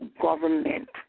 government